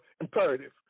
imperative